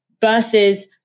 versus